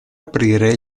aprire